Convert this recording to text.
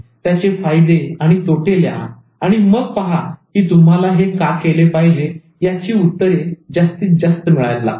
त्याचे फायदे आणि तोटे लिहा आणि मग पहा की तुम्हाला हे का केले पाहिजे याची उत्तरे जास्त मिळायला लागतील